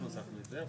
אנחנו הוספנו את זה.